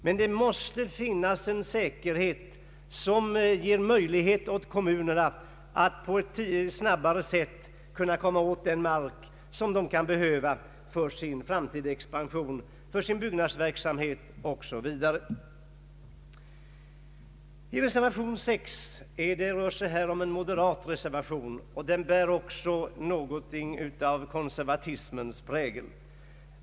Men det måste finnas en regel, som ger kommunerna möjlighet att på ett snabbare sätt komma åt den mark som de behöver för sin expansion, för sin byggnadsverksamhet OSV. Reservation VI har avgivits av representanter för moderata samlingspartiet. Den bär också någonting av konservatismens prägel.